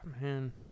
Man